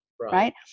right